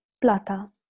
Plata